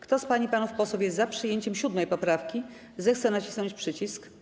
Kto z pań i panów posłów jest za przyjęciem 7. poprawki, zechce nacisnąć przycisk.